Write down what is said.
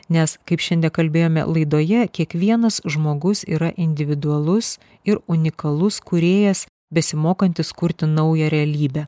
nes kaip šiandien kalbėjome laidoje kiekvienas žmogus yra individualus ir unikalus kūrėjas besimokantis kurti naują realybę